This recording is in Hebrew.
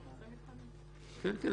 כן.